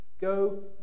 Go